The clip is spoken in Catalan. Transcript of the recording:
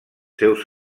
seus